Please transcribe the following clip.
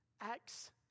acts